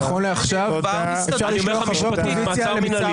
נכון לעכשיו אפשר לשלוח את האופוזיציה למעצר מנהלי,